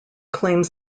claims